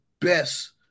best